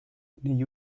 negli